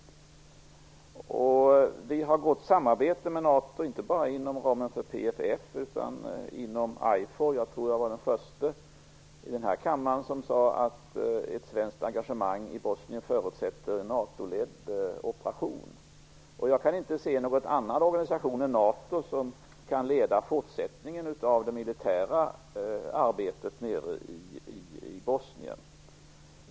Vi har ett gott samarbete med NATO, inte bara inom ramen för PFF utan också inom IFOR. Jag tror att jag var den förste i denna kammare att säga att ett svenskt engagemang i Bosnien förutsätter en NATO-ledd operation. Jag kan inte se någon annan organisation än NATO som kan leda fortsättningen av det militära arbetet nere i Bosnien.